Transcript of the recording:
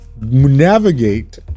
navigate